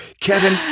kevin